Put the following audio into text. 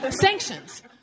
sanctions